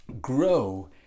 grow